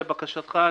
לבקשתך,